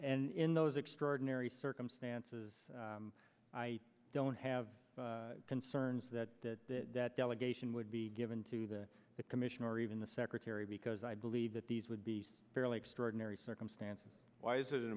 and in those extraordinary circumstances i don't have concerns that that delegation would be given to the commission or even the secretary because i believe that these would be fairly extraordinary circumstances why is it an